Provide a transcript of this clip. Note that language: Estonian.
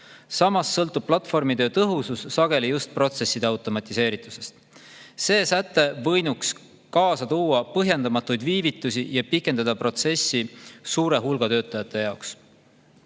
Samas sõltub platvormitöö tõhusus sageli just protsesside automatiseeritusest. See säte võinuks kaasa tuua põhjendamatuid viivitusi ja pikendada protsessi suure hulga töötajate